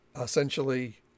essentially